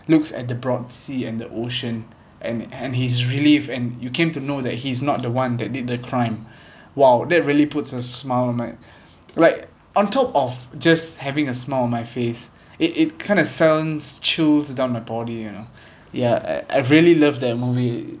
looks at the broad sea and the ocean and and his relief and you came to know that he's not the one that did the crime !wow! that really puts a smile I'm like on top of just having a smile on my face it it kind of sends chills down my body you know ya I I really love that movie